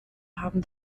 haben